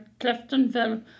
Cliftonville